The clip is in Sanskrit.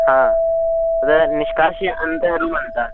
ह तद् निष्कास्य अन्तरूमन्तम्